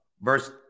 Verse